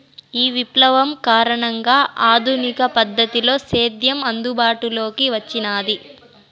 ఈ విప్లవం కారణంగా ఆధునిక పద్ధతిలో సేద్యం అందుబాటులోకి వచ్చినాది